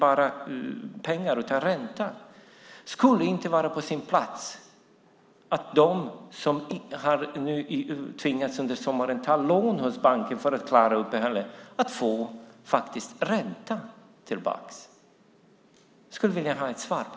Jag har en fråga till statsrådet: Skulle det inte vara på sin plats att de som under sommaren har tvingats ta lån hos banken för att klara sitt uppehälle faktiskt får ränta tillbaka? Det skulle jag vilja ha ett svar på.